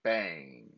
Bang